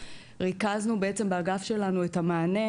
ריכזנו בעצם באגף שלנו את המענה